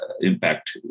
impact